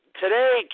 Today